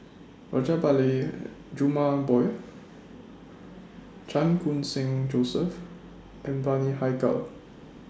Rajabali Jumabhoy Chan Khun Sing Joseph and Bani Haykal